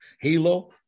halo